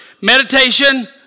Meditation